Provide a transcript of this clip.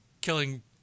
killing